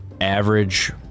average